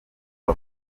b’i